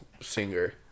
singer